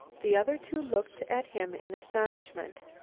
the other two looked at him in astonishment.